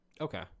Okay